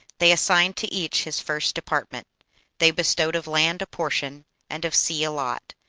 they assigned to each his first department they bestowed of land a portion and of sea a lot,